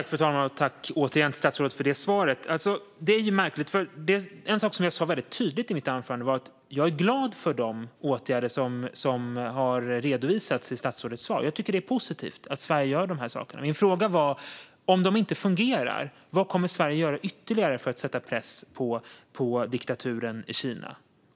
Fru talman! Jag tackar återigen statsrådet för hennes svar. Det är märkligt - en sak som jag sa väldigt tydligt i mitt förra anförande var att jag är glad för de åtgärder som redovisades i statsrådets interpellationssvar. Jag tycker att det är positivt att Sverige gör de här sakerna. Min fråga var: Om de inte fungerar, vad kommer Sverige då att göra ytterligare för att sätta press på diktaturen i Kina?